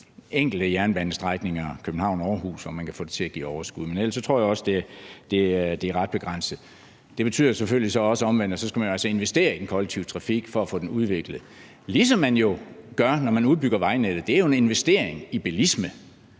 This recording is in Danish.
enkelte jernbanestrækninger som København-Aarhus, hvor man kan få det til at give overskud, men ellers tror jeg også, det er ret begrænset. Det betyder jo selvfølgelig så også omvendt, at man skal investere i den kollektive trafik for at få den udviklet, ligesom man jo gør, når man udbygger vejnettet. Det er jo en investering i bilisme,